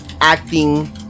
acting